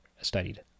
studied